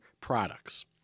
products